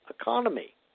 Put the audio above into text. economy